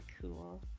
cool